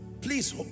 Please